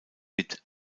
bit